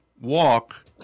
walk